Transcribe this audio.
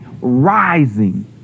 rising